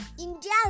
India